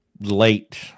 late